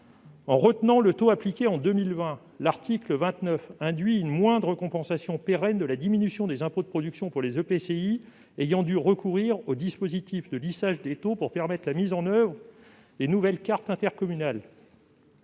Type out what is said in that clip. En retenant le taux appliqué en 2020, l'article 29 induit une moindre compensation pérenne de la diminution des impôts de production pour les EPCI ayant dû recourir au dispositif de lissage des taux pour permettre la mise en oeuvre des nouvelles cartes intercommunales.